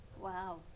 Wow